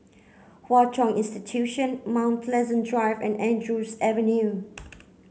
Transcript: Hwa Chong Institution Mount Pleasant Drive and Andrews Avenue